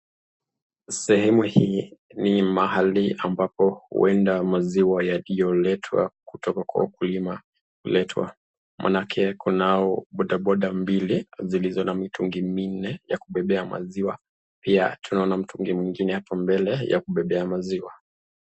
Sehemu hii ni mahali ambapo huenda maziwa yaliyoletwa kutoka kwa ukulima huletwa manake kunao boda boda mbili zilizo na mitungi minne ya kubebea maziwa ,pia tunaona mtungi hapo mbele ya kubebea maziwa.